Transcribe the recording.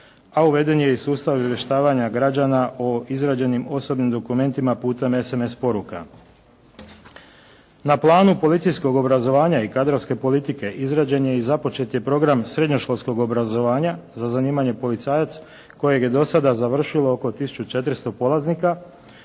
a uveden je i sustav izvještavanja građana o izrađenim osobnim dokumentima putem SMS poruka. Na planu policijskog obrazovanja i kadrovske politike izrađen je i započet je program srednjoškolskog obrazovanja za zanimanje policajac kojega je do sada završilo oko 1400 polaznika.